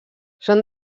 són